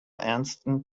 ernsten